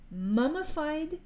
mummified